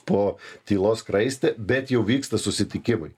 po tylos skraiste bet jau vyksta susitikimai